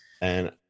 and-